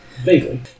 vaguely